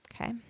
Okay